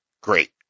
great